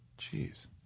Jeez